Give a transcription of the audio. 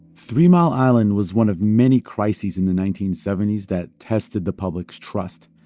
three mile island was one of many crises in the nineteen seventy s that tested the public's trust.